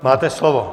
Máte slovo.